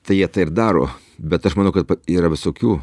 tai jie tai ir daro bet aš manau kad yra visokių